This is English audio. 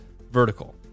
vertical